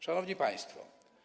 Szanowni Państwo!